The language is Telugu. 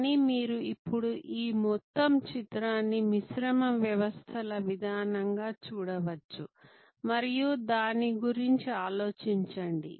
కానీ మీరు ఇప్పుడు ఈ మొత్తం చిత్రాన్ని మిశ్రమ వ్యవస్థల విధానంగా చూడవచ్చు మరియు దాని గురించి ఆలోచించండి